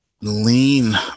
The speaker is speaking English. lean